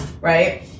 right